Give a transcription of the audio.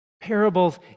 Parables